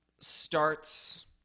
starts